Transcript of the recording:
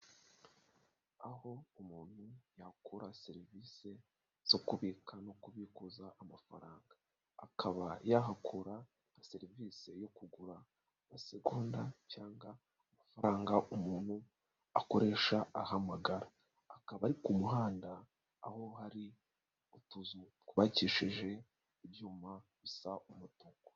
Aho umuntu yakura serivisi zo kubika no kubikuza amafaranga, akaba yahakura naa serivisi yo kugura amasegonda cyangwa amafaranga umuntu akoresha ahamagara, akaba ari ku muhanda aho hari utuzu twubakishije ibyuma bisa umutuku.